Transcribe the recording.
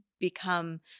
become